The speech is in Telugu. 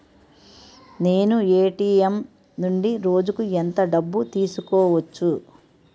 నేను ఎ.టి.ఎం నుండి రోజుకు ఎంత డబ్బు తీసుకోవచ్చు?